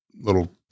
little